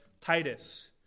Titus